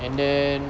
and then